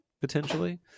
potentially